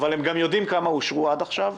אבל הם גם יודעים כמה אושרו עד עכשיו: